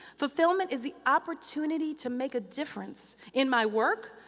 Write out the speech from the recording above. fulfillment is the opportunity to make a difference in my work,